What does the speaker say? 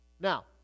Now